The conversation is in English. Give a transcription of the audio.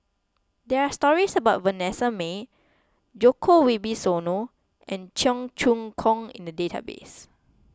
there are stories about Vanessa Mae Djoko Wibisono and Cheong Choong Kong in the database